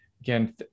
Again